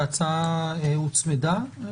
ההצעה שלך הוצמדה?